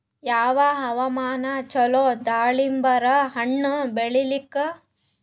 ಯಾವ ಹವಾಮಾನ ಚಲೋ ದಾಲಿಂಬರ ಹಣ್ಣನ್ನ ಬೆಳಿಲಿಕ?